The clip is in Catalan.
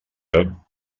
meu